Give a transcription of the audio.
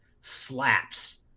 slaps